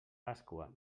pasqua